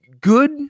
good